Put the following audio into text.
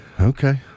Okay